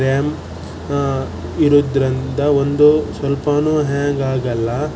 RAM ಇರುವುದ್ರಿಂದ ಒಂದು ಸ್ವಲ್ಪವೂ ಹ್ಯಾಂಗ್ ಆಗಲ್ಲ